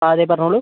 ആ അതേ പറഞ്ഞോളൂ